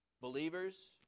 Believers